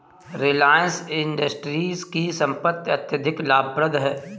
Reliance Industries की संपत्ति अत्यधिक लाभप्रद है